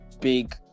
big